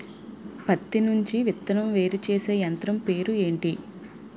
పత్తి నుండి విత్తనం వేరుచేసే యంత్రం పేరు ఏంటి